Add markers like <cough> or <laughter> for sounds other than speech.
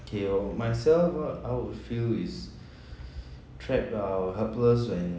okay for myself uh I would feel is <breath> trapped or helpless when